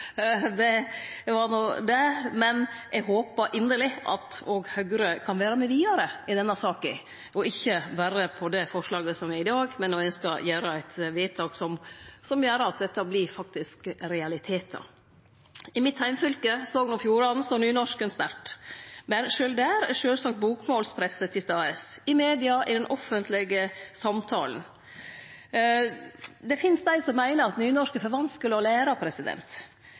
Det var no det, men eg håpar inderleg at òg Høgre kan vere med vidare i denne saka, og ikkje berre når det gjeld dette forslaget i dag, men òg når ein skal gjere vedtak som gjer at dette faktisk blir realitetar. I mitt heimfylke, Sogn og Fjordane, står nynorsken sterkt. Men sjølv der er sjølvsagt bokmålspresset til stades – i media og i den offentlege samtalen. Det finst dei som meiner at nynorsk er for vanskeleg å